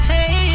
Hey